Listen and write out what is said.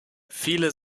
viele